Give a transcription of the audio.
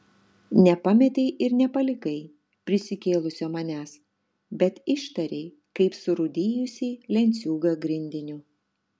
nepametei ir nepalikai prisikėlusio manęs bet ištarei kaip surūdijusį lenciūgą grindiniu